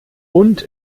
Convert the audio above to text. und